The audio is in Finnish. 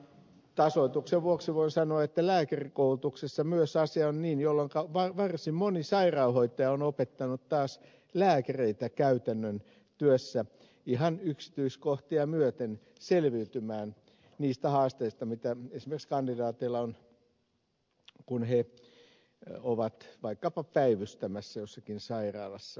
tasoituksen vuoksi voin sanoa että lääkärikoulutuksessa asia on myös niin jolloinka varsin moni sairaanhoitaja on opettanut taas lääkäreitä käytännön työssä ihan yksityiskohtia myöten selviytymään niistä haasteista mitä esimerkiksi kandidaateilla on kun he ovat vaikkapa päivystämässä jossakin sairaalassa